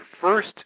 first